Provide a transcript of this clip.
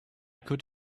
could